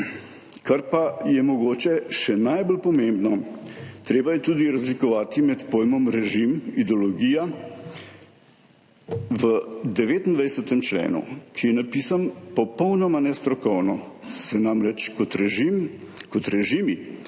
Kar pa je mogoče še najbolj pomembno, treba je tudi razlikovati med pojmoma režim in ideologija. V 29. členu, ki je napisan popolnoma nestrokovno, so namreč kot režimi navedeni